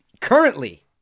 currently